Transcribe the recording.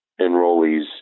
enrollees